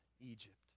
Egypt